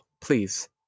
please